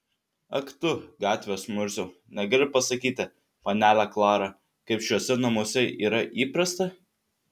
ak tu gatvės murziau negali pasakyti panelę klarą kaip šiuose namuose yra įprasta